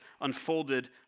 unfolded